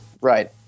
Right